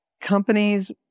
companies